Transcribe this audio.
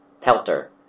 pelter